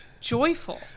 joyful